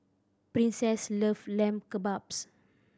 Princess love Lamb Kebabs